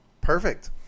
Perfect